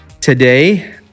Today